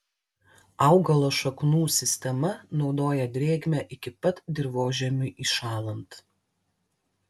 augalo šaknų sistema naudoja drėgmę iki pat dirvožemiui įšąlant